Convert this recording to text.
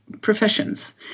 professions